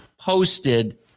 posted